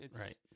right